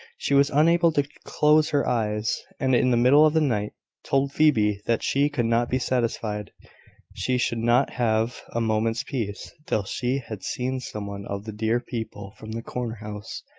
she was unable to close her eyes, and in the middle of the night told phoebe that she could not be satisfied she should not have a moment's peace till she had seen some one of the dear people from the corner-house,